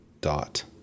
Dot